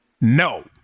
no